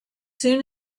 soon